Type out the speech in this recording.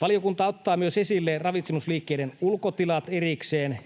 Valiokunta ottaa esille myös ravitsemusliikkeiden ulkotilat erikseen